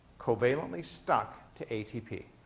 covalently stuck to, atp.